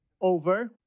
over